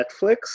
Netflix